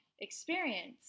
experience